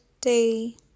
day